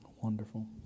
Wonderful